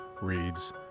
reads